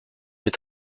est